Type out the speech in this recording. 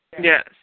Yes